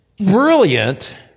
brilliant